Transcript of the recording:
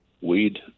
weed